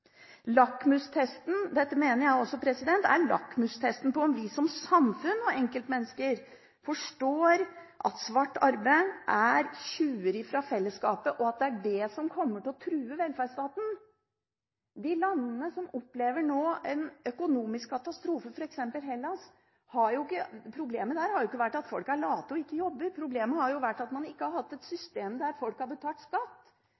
Dette mener jeg også er lakmustesten på om vi som samfunn og enkeltmennesker forstår at svart arbeid er tyveri fra fellesskapet, og at det er det som kommer til å true velferdsstaten. Når det gjelder de landene som nå opplever en økonomisk katastrofe, f.eks. Hellas: Problemet der har ikke vært at folk er late og ikke jobber. Problemet har jo vært at man ikke har hatt et system der folk har betalt skatt